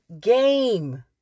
game